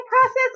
process